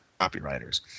copywriters